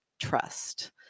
trust